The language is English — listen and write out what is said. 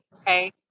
Okay